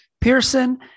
Pearson